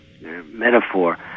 metaphor